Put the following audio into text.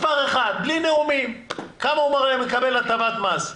מספר אחד, בלי נאומים, כמה הוא מקבל הטבת מס?